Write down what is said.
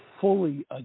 fully